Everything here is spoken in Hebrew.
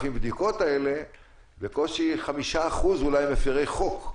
בדיקות האלה יש בקושי 5% שהם מפירי חוק.